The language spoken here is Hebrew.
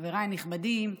חבריי הנכבדים,